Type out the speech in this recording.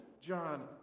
John